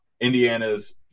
Indiana's